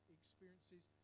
experiences